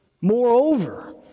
Moreover